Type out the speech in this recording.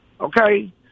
Okay